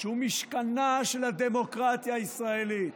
שהוא משכנה של הדמוקרטיה הישראלית,